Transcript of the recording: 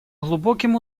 глубоким